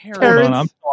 Terrence